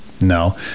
no